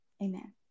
Amen